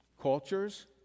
cultures